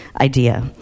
idea